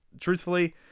truthfully